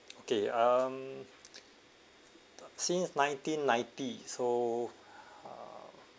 okay um since nineteen-ninety so